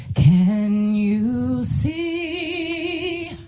can you see